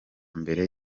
mbere